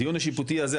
הדיון השיפוטי הזה,